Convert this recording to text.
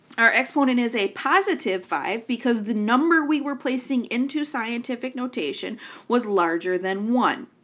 our exponent is a positive five because the number we were placing into scientific notation was larger than one.